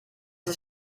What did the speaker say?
ist